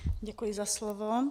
Děkuji za slovo.